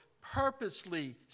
purposely